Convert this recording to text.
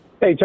Hey